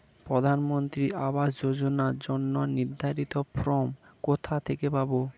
প্রধানমন্ত্রী আবাস যোজনার জন্য নির্ধারিত ফরম কোথা থেকে পাব?